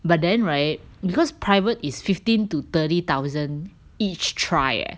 but then right because private is fifteen to thirty thousand each try eh